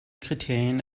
kriterien